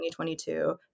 2022